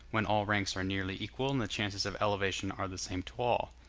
when all ranks are nearly equal and the chances of elevation are the same to all.